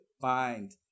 find